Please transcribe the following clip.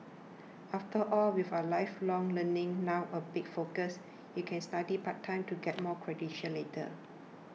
after all with a lifelong learning now a big focus you can study part time to get more credentials later